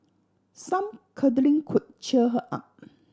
some cuddling could cheer her up